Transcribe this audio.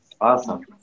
Awesome